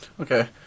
Okay